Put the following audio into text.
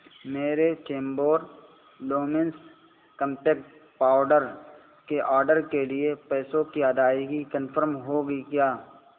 میرے Chembur Luminous compact powder کے order کے لیے پیسوں کی ادائیگی کنفرم ہو گئی کیا